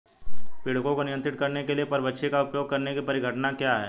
पीड़कों को नियंत्रित करने के लिए परभक्षी का उपयोग करने की परिघटना क्या है?